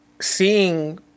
seeing